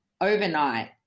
overnight